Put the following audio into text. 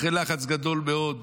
אחרי לחץ גדול מאוד,